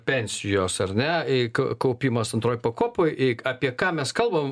pensijos ar ne eik kaupimas antroj pakopoj ik apie ką mes kalbam